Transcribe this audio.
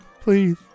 Please